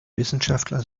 wissenschaftler